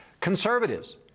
conservatives